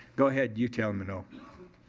go ahead, you tell em no.